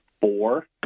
Four